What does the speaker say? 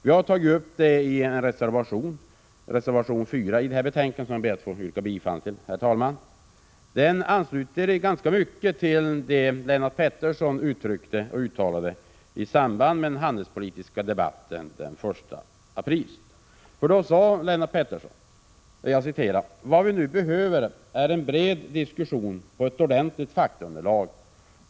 Vi har tagit upp det i reservation 4 till detta betänkande, och jag ber, herr talman, att få yrka bifall till den. Den ansluter ganska mycket till vad Lennart Pettersson uttalade i samband med den handelspolitiska debatten den 1 april. Då sade Lennart Pettersson: ”Vad vi nu behöver är en bred diskussion grundad på ett ordentligt faktaunderlag.